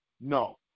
no